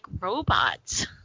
robots